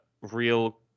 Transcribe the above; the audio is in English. real